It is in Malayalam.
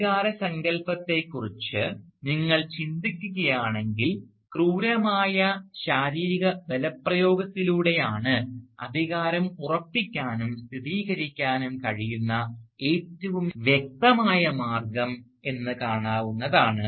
അധികാര സങ്കൽപ്പത്തെക്കുറിച്ച് നിങ്ങൾ ചിന്തിക്കുകയാണെങ്കിൽ ക്രൂരമായ ശാരീരിക ബലപ്രയോഗത്തിലൂടെയാണ് അധികാരം ഉറപ്പിക്കാനും സ്ഥിരീകരിക്കാനും കഴിയുന്ന ഏറ്റവും വ്യക്തമായ മാർഗ്ഗം എന്ന് കാണാവുന്നതാണ്